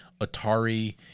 atari